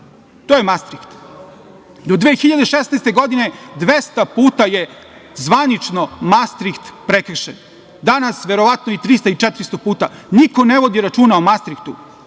To je mastrikt. Do 2016. godine 200 puta je zvanično mastrikt prekršen. Danas verovatno i 300 i 400 puta, niko ne vodi računa i mastriktu.